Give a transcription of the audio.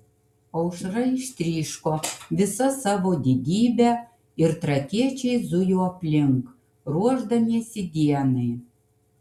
aušra ištryško visa savo didybe ir trakiečiai zujo aplink ruošdamiesi dienai